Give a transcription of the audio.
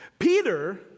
Peter